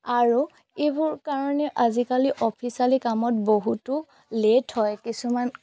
আৰু এইবোৰ কাৰণে আজিকালি অফিচৰ কামত বহুতো লেট হয় কিছুমান